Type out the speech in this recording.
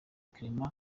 clement